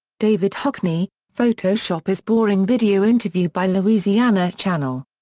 david hockney photoshop is boring video interview by louisiana channel.